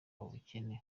ubukeye